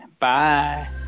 Bye